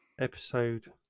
episode